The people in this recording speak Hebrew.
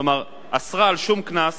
כלומר אסרה כל קנס